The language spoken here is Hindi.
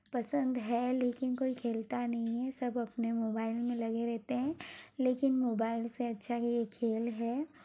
पसंद है लेकिन कोई खेलता नहीं है सब अपने मोबाइल में लगे रहते हैं लेकिन मोबाइल से अच्छा ये खेल है